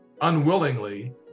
unwillingly